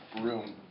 room